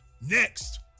Next